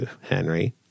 Henry